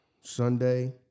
Sunday